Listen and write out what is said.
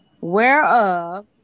whereof